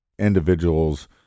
Individuals